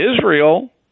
Israel